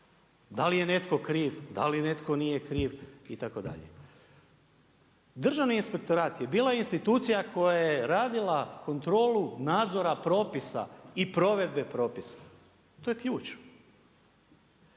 Da li je netko kriv, da li netko nije kriv itd. Državni inspektorat je bila institucija koja je radila kontrolu nadzora propisa i provedbe propisa. To je ključ.